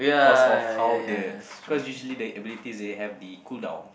cause of how the cause usually the ability they have the cool down